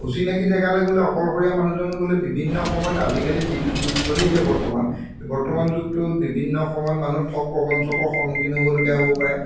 অচিনাকি জেগালৈ গ'লে অকলশৰীয়া মানুহজন গ'লে বিভিন্ন সময়ত আজিকালি যিটো যুগ চলিছে বৰ্তমান বৰ্তমান যুগটোত বিভিন্ন সময়ত মানুহ ঠগ প্ৰবঞ্চকৰ সন্মুখীন হ'বলগীয়া হ'ব পাৰে